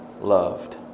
loved